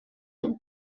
dut